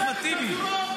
אחמד טיבי,